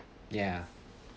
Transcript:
ya